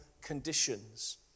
conditions